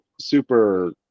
super